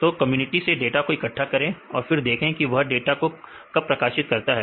तो कम्युनिटी से डाटा को इकट्ठा करें और और देखें कि वह डाटा को कब प्रकाशित करते हैं